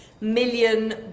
million